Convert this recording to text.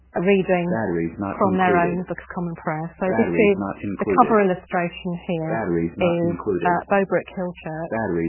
ah reading from their own book of common prayer. so this is the cover illustration here is bow brickhill church,